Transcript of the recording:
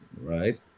Right